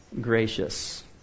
gracious